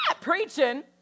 Preaching